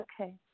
Okay